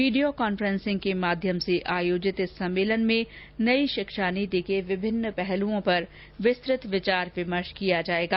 video conferencing के माध्यम से आयोजित इस सम्मेलन में नई शिक्षा नीति के विभिन्न पहलुओं पर विस्तत विचार विमर्श किया जाएगा